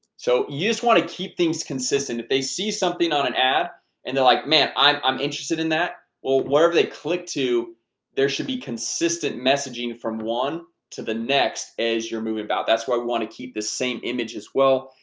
so want to keep things consistent if they see something on an ad and they're like man i'm i'm interested in that well, whatever they click to there should be consistent messaging from one to the next as you're moving about that's why we want to keep the same image as well.